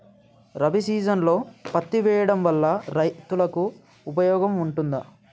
రబీ సీజన్లో పత్తి వేయడం వల్ల రైతులకు ఉపయోగం ఉంటదా?